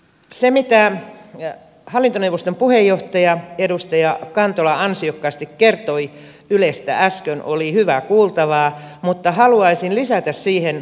se mitä hallintoneuvoston puheenjohtaja edustaja kantola ansiokkaasti kertoi ylestä äsken oli hyvää kuultavaa mutta haluaisin lisätä siihen pari asiaa